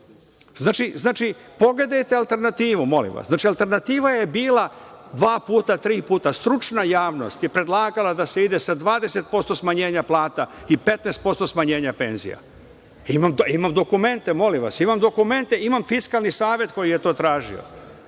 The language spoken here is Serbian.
plate. Pogledajte alternativu, molim vas. Alternativa je bila dva puta, tri puta. Stručna javnost je predlagala da se ide sa 20% smanjenja plata i 15% smanjenja penzija. Imam dokumente. Imam Fiskalni savet koji je to tražio.